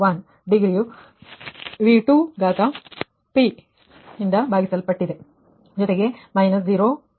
1 degree u ∗ ಭಾಗಿಸಲ್ಪಟ್ಟಿದೆ ಜೊತೆಗೆ −0